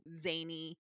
zany